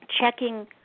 checking